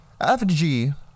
FG